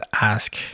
ask